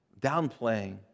downplaying